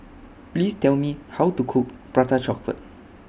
Please Tell Me How to Cook Prata Chocolate